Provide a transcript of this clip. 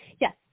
yes